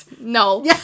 No